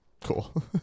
Cool